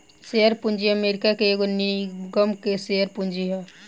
share पूंजी America के एगो निगम के शेयर पूंजी ह